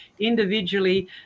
individually